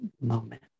moment